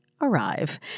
arrive